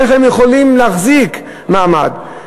איך הם יכולים להחזיק מעמד?